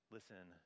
Listen